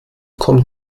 kommt